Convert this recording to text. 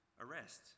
arrest